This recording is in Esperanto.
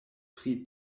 pri